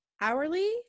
Hourly